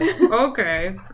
Okay